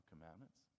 commandments